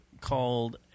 called